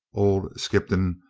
old skippon,